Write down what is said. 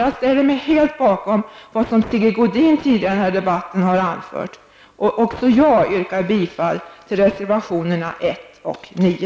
Jag ställer mig helt bakom det som Sigge Godin tidigare har anfört i den här debatten. Också jag yrkar bifall till reservationerna 1 och 9.